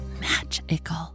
magical